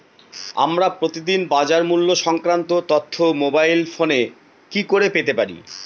আমরা প্রতিদিন বাজার মূল্য সংক্রান্ত তথ্য মোবাইল ফোনে কি করে পেতে পারি?